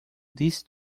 disse